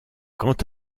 quand